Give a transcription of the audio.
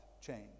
change